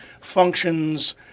functions